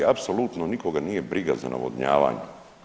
Apsolutno nikoga nije briga za navodnjavanje.